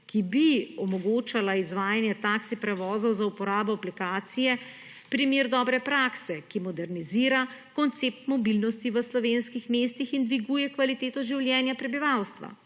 ki bi omogočala izvajanje taksi prevozov za uporabo aplikacije primer dobre prakse, ki modernizira koncept mobilnosti v slovenskih mestih in dviguje kvaliteto življenja prebivalstva.